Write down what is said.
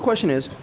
question is,